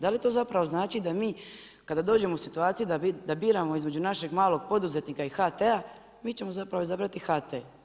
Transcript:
Da li to zapravo znači da mi kada dođemo u situaciju da biramo između našeg malog poduzetnika i HT-a, mi ćemo zapravo izabrati HT.